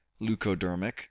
leucodermic